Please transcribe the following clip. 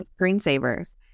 screensavers